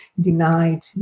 denied